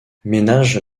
ménage